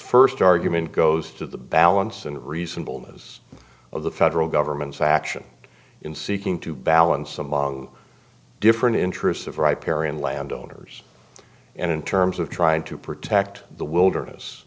first argument goes to the balance and reasonableness of the federal government's action in seeking to balance among different interests of right parian landowners and in terms of trying to protect the wilderness